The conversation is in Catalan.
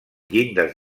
llindes